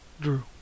Drew